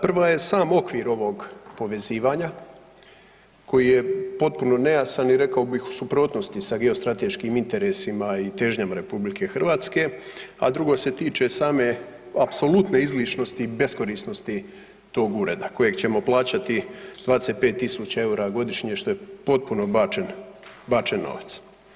Prva je sam okvir ovog povezivanja koji je potpuno nejasan i rekao bih u suprotnosti sa geostrateškim interesima i težnjama RH, a drugo se tiče same apsolutne izlišnosti i beskorisnosti tog ureda kojeg ćemo plaćati 25.000 EUR-a godišnje što je potpuno bačen, bačen novac.